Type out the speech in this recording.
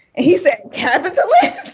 ah he said, capitalists?